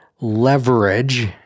leverage